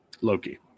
Loki